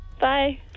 Bye